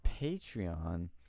Patreon